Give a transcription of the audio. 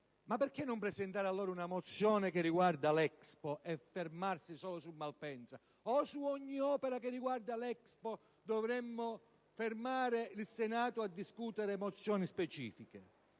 Ma perché non presentare allora una mozione che riguardi l'Expo? Perché fermarsi solo su Malpensa? O su ogni opera che riguarda l'Expo dovremmo fermare il Senato a discutere di mozioni specifiche?